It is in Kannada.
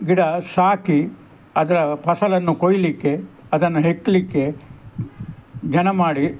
ಗಿಡ ಸಾಕಿ ಅದರ ಫಸಲನ್ನು ಕೊಯ್ಯಲಿಕ್ಕೆ ಅದನ್ನ ಹೆಕ್ಕಲಿಕ್ಕೆ ಜನ ಮಾಡಿ